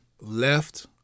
left